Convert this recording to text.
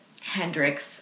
Hendrix